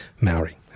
Maori